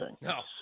No